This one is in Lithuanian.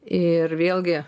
ir vėlgi